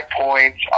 points